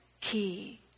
key